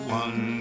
one